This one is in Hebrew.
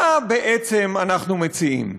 מה בעצם אנחנו מציעים?